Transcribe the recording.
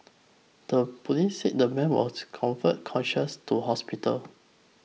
the police said the man was conveyed conscious to hospital